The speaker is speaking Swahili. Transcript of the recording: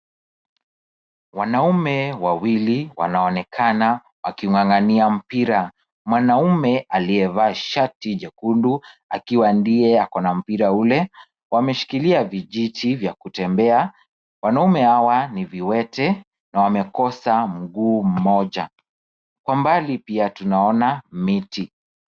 Wanaume wawili wanaonekana waking'ang'ania mpira. Mwanaume aliyevaa shati jekundu akiwa ndiye ako na mpira ule wameshikilia vijiti vya kutembea. Wanaume hawa ni viwete na wamekosa mguu moja. Kwa mbali pia tunaona miti.